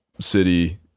city